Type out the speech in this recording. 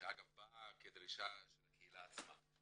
שדרך אגב באה כדרישה של הקהילה עצמה,